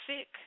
sick